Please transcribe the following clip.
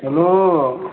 hello